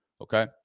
Okay